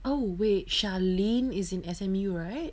oh wait charlene is in S_M_U right